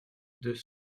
deux